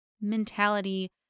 mentality